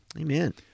Amen